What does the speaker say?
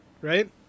Right